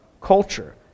culture